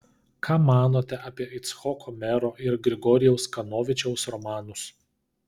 ką manote apie icchoko mero ir grigorijaus kanovičiaus romanus